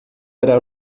era